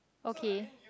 okay